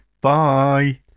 Bye